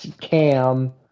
CAM